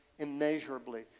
immeasurably